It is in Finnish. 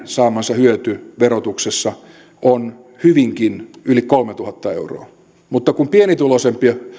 saama hyöty verotuksessa on hyvinkin yli kolmetuhatta euroa mutta kun pienituloisempi